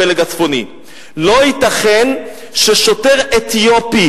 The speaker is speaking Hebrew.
הפלג הצפוני: לא ייתכן ששוטר אתיופי,